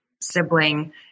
sibling